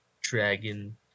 dragon